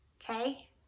okay